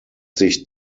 sich